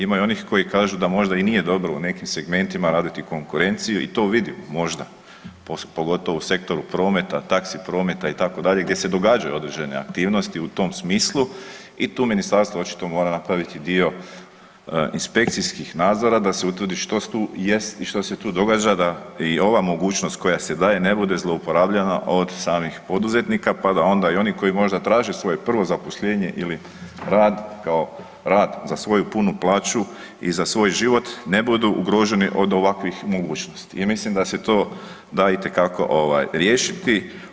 Ima i onih koji kažu da možda i nije dobro u nekim segmentima raditi konkurenciju i to vidim možda, pogotovo u sektoru prometa, taxi prometa, gdje se događaju određene aktivnosti u tom smislu i tu ministarstvo očito mora napraviti dio inspekcijskih nadzora da utvrdi što tu jest i što se tu događa da i ova mogućnost koja se daje ne bude zlouporabljena od samih poduzetnika pa da onda i oni koji možda traže svoje prvo zaposlenje ili rad kao rad za svoju punu plaću i za svoj život, ne budu ugroženi od ovakvih mogućnosti i mislim da se to da itekako riješiti.